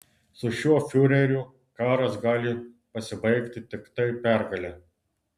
su šiuo fiureriu karas gali pasibaigti tiktai pergale